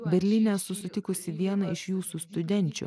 berlyne esu susitikusi vieną iš jūsų studenčių